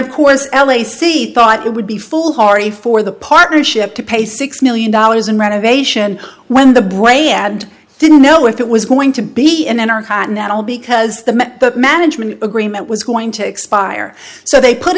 of course l a c thought it would be foolhardy for the partnership to pay six million dollars in renovation when the brady ad didn't know if it was going to be in or continental because the management agreement was going to expire so they put